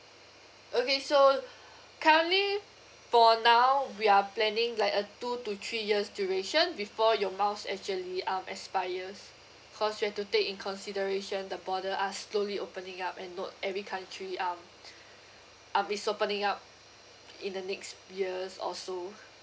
okay so currently for now we are planning like a two to three years duration before your miles actually um expires cause you have to take in consideration the borders are slowly opening up and note every country um um is opening up in the next year or so